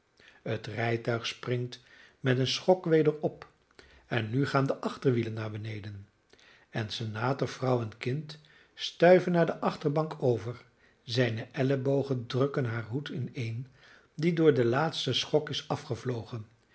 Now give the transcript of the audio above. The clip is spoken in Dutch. het rijtuig springt met een schok weder op en nu gaan de achterwielen naar beneden en senator vrouw en kind stuiven naar de achterbank over zijne ellebogen drukken haar hoed ineen die door den laatsten schok is afgevlogen